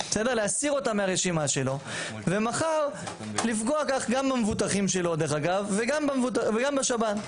להסיר אותם מהרשימה שלו ומחר לפגוע כך גם במבוטחים שלו וגם בשב"ן.